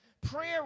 Prayer